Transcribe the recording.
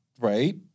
right